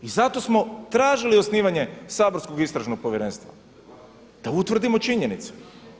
I zato smo tražili osnivanje saborskog istražnog povjerenstva, da utvrdimo činjenice.